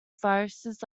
viruses